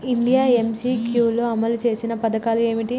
India MCQ లో అమలు చేసిన పథకాలు ఏమిటి?